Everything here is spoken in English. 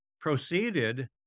proceeded